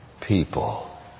people